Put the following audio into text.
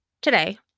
today